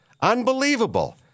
Unbelievable